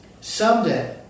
Someday